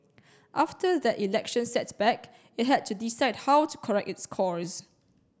after that election setback it had to decide how to correct its course